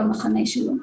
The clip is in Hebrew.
למחנה שלו.